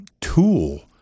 tool